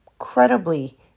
incredibly